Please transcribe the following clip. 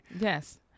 Yes